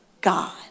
God